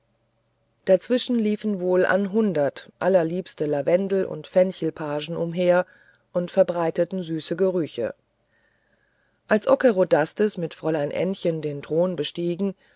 dazwischen liefen wohl an hundert allerliebste lavendel und fenchelpagen umher und verbreiteten süße gerüche als ockerodastes mit fräulein ännchen den thron bestiegen